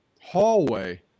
hallway